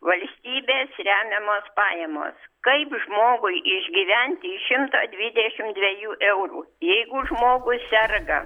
valstybės remiamos pajamos kaip žmogui išgyventi šimtą dvidešim dviejų eurų jeigu žmogus serga